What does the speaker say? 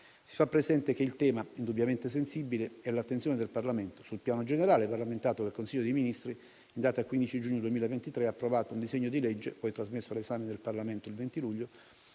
si fa presente che il tema, indubbiamente sensibile, è all'attenzione del Parlamento; sul piano generale il Consiglio dei ministri in data 15 giugno 2023 ha approvato un disegno di legge, poi trasmesso all'esame del Parlamento il 20 luglio,